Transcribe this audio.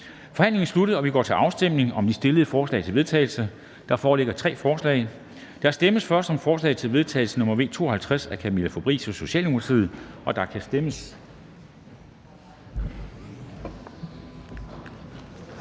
Forhandlingen er sluttet, og vi går til afstemning om de fremsatte forslag til vedtagelse. Der foreligger tre forslag. Der stemmes først om forslag til vedtagelse nr. V 52 af Camilla Fabricius (S), og der kan stemmes.